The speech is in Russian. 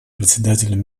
председателем